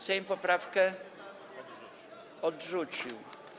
Sejm poprawkę odrzucił.